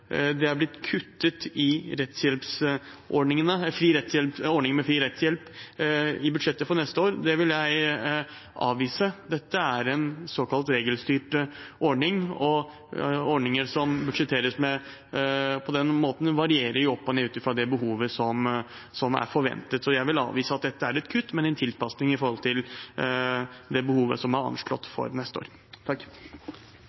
det er blitt kuttet i ordningen med fri rettshjelp i budsjettet for neste år. Det vil jeg avvise. Dette er en såkalt regelstyrt ordning, og ordninger som budsjetteres på denne måten, varierer opp og ned ut fra det behovet som er forventet. Så jeg vil avvise at dette er et kutt, men det er en tilpasning i forhold til det behovet som er anslått